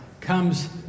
comes